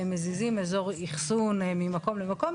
מזיזים אזור אחסון ממקום למקום.